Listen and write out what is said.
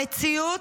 המציאות,